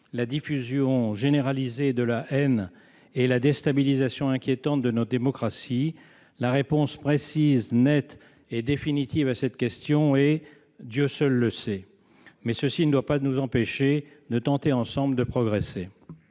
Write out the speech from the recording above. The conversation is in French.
la diffusion généralisée de la haine et la déstabilisation inquiétante de notre démocratie ? La réponse précise, nette et définitive à cette question est :« Dieu seul le sait », mais cela ne doit pas nous empêcher de tenter ensemble de progresser.